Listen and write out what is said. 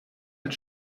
mit